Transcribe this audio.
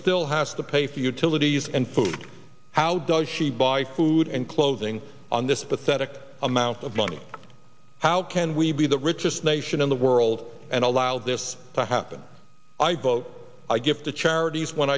still has to pay for utilities and food how does she buy food and clothing on this pathetic amount of money how can we be the richest nation in the world and allow this to happen i vote i give to charities